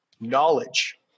knowledge –